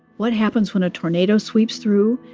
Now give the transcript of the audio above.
what happens when a tornado sweeps through?